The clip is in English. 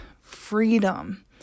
freedom